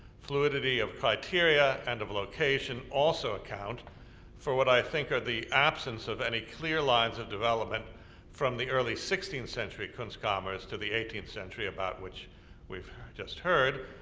fluidity of criteria and location also account for what i think are the absence of any clear lines of development from the early sixteenth century kunstkammers to the eighteenth century, about which we've just heard,